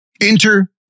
Enter